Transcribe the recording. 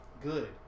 Good